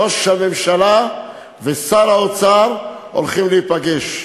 ראש הממשלה ושר האוצר הולכים להיפגש.